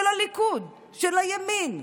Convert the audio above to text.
של הליכוד, של הימין.